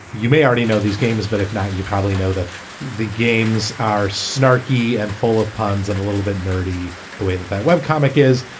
you may already know these games, but if not, you probably know that the games are snarky and full of puns and a little bit nerdy the way that that web comic is.